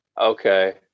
Okay